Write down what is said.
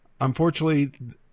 Unfortunately